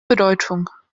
bedeutung